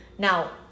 Now